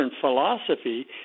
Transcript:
philosophy